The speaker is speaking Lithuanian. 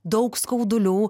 daug skaudulių